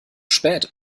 spät